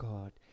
God